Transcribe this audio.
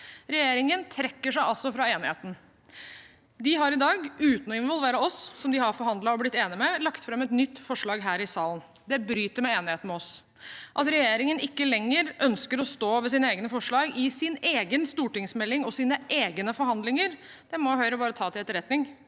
Regjeringen trekker seg altså fra enigheten. De har i dag – uten å involvere oss, som de har forhandlet og blitt enig med – lagt fram et nytt forslag her i salen. Det bryter med enigheten med oss. At regjeringen ikke lenger ønsker å stå ved sine egne forslag i sin egen stortingsmelding og i sine egne forhandlinger, må Høyre bare ta til etterretning.